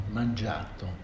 mangiato